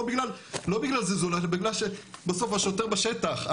אלא שבגלל בסוף השוטר בשטח,